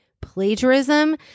plagiarism